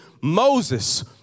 Moses